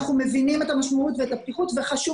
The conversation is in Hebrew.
אנחנו מבינים את המשמעות ואת הפתיחות וחשוב